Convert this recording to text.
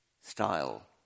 style